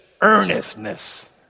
earnestness